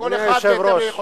ממש יירשם ב"דברי הכנסת".